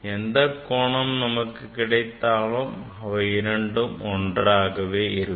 எந்தக் கோணம் நமக்கு கிடைத்தாலும் அவை இரண்டும் ஒன்றாக இருக்கும்